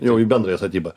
jau į bendrąją statybą